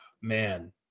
man